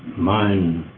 mine